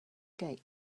gates